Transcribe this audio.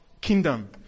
kingdom